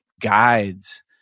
guides